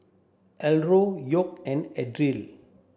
Eldora York and Adriel